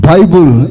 Bible